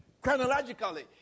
Chronologically